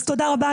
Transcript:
אז תודה רבה,